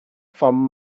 from